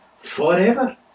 forever